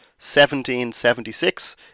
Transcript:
1776